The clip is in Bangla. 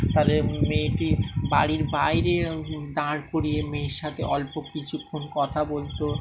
তাদের মেয়েটি বাড়ির বাইরে দাঁড় করিয়ে মেয়ের সাথে অল্প কিছুক্ষণ কথা বলত